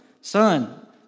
son